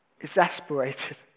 exasperated